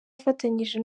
afatanyije